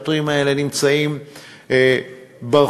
השוטרים האלה נמצאים ברחובות,